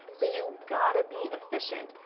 so you've got to be efficient.